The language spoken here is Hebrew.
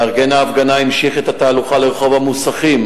מארגן ההפגנה המשיך את התהלוכה לרחוב המוסכים,